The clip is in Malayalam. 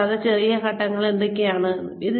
കൂടാതെ ചെറിയ ഘട്ടങ്ങൾ എന്തൊക്കെയാണ് എന്നും